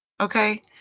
Okay